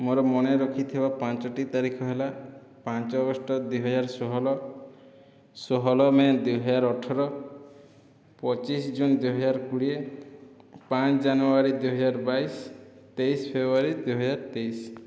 ମୋ'ର ମନେ ରଖିଥିବା ପାଞ୍ଚଟି ତାରିଖ ହେଲା ପାଞ୍ଚ ଅଗଷ୍ଟ ଦୁଇହଜାର ଷୋହଳ ଷୋହଳ ମେ ଦୁଇହଜାର ଅଠର ପଚିଶ ଜୁନ ଦୁଇହଜାର କୋଡ଼ିଏ ପାଞ୍ଚ ଜାନୁଆରୀ ଦୁଇହଜାର ବାଇଶ ତେଇଶ ଫେବ୍ରୁଆରୀ ଦୁଇହଜାର ତେଇଶ